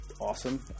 awesome